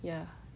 ya